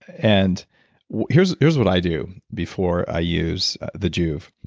and here's here's what i do before i use the joovv.